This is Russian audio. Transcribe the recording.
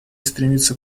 стремится